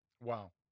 Wow